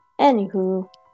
Anywho